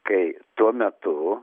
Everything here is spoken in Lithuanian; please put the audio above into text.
kai tuo metu